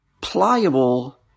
pliable